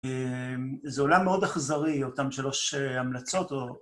זה אולי מאוד אכזרי, אותם שלוש המלצות, או...